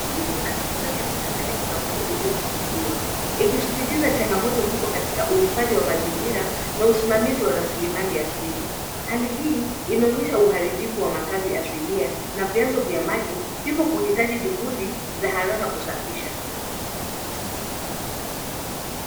Mtu akikusanya taka karibu na mto uliochafuliwa, ikisisitiza changamoto kubwa katika uhifadhi wa mazingira na usimamizi wa rasilimali asili. Hali hii inaonyesha uharibifu wa makazi asilia na vyanzo vya maji hivyo kuhitaji juhudi za haraka kusafisha.